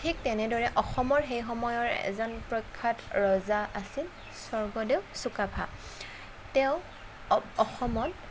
ঠিক তেনেদৰে অসমৰ সেই সময়ৰ এজন প্ৰখ্যাত ৰজা আছিল স্বৰ্গদেউ চুকাফা তেওঁ অসমত